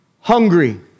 hungry